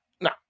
no